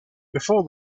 before